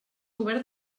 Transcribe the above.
govern